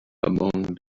among